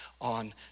on